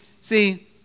See